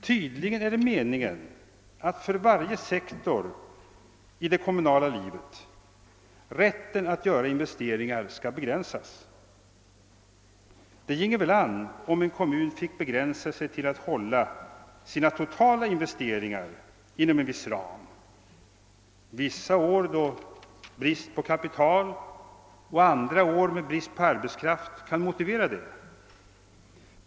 Tydligen är det meningen att för varje sektor i det kommunala livet rätten att göra investeringar skall begränsas. Det ginge väl an, om en kommun fick begränsa sig till att hålla sina totala investeringar inom en bestämd ram. Vissa år med brist på kapital och andra år med brist på arbetskraft kan motivera det.